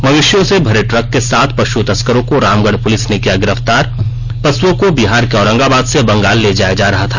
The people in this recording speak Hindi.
मवेशियों से भरे ट्रक के साथ पशु तस्करों को रामगढ़ पुलिस ने किया गिरफ्तार पशुओं को बिहार के औरंगाबाद से बंगाल ले जाया जा रहा था